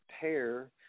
pair